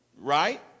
right